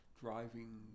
driving